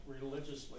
religiously